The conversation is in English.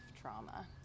trauma